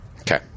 Okay